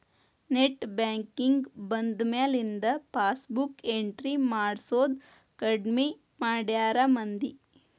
net banking ಬಂದ್ಮ್ಯಾಲಿಂದ passbook entry ಮಾಡ್ಸೋದ್ ಕಡ್ಮಿ ಮಾಡ್ಯಾರ ಮಂದಿ